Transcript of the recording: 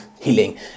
healing